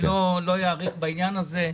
לא אאריך בעניין הזה.